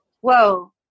whoa